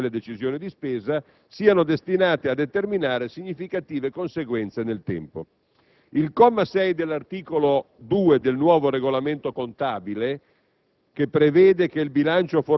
quando queste ultime, cioè le decisioni di spesa, siano destinate a determinare significative conseguenze nel tempo. Il comma 6 dell'articolo 2 del nuovo Regolamento contabile